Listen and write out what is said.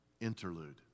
Interlude